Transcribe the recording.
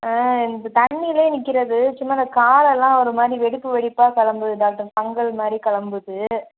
ஆ இந்த தண்ணியிலே நிற்கிறது சும்மா இந்த காலெல்லாம் ஒருமாதிரி வெடிப்பு வெடிப்பா கிளம்புது டாக்டர் ஃபங்கள் மாதிரி கிளம்புது